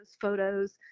photos